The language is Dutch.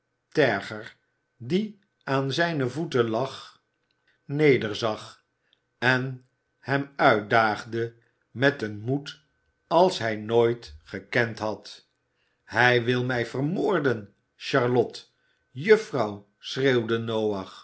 terger die aan zijne voeten lag nederzag en hem uitdaagde met een moed als hij nog nooit gekend had hij wil mij vermoorden charlotte juffrouw schreeuwde noach